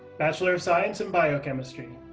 bachelor of science in biochemistry.